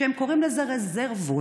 הם קוראים לזה "רזרבות",